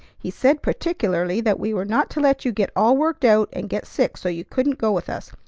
he said particularly that we were not to let you get all worked out and get sick so you couldn't go with us,